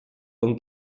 con